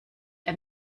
ein